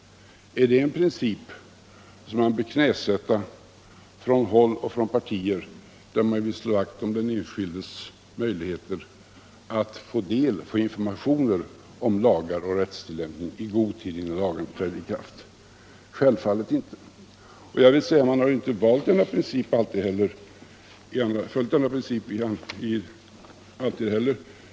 Är det en princip som man bör knäsätta från håll och partier där man vill slå vakt om den enskildes möjligheter att få information om lagar och deras rättstillämpning i god tid innan lagarna träder i kraft? Självfallet inte. Man har inte heller alltid följt denna princip.